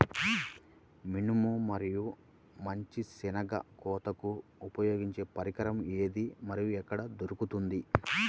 మినుము మరియు మంచి శెనగ కోతకు ఉపయోగించే పరికరం ఏది మరియు ఎక్కడ దొరుకుతుంది?